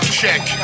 check